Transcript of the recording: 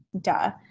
duh